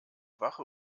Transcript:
wache